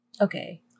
Okay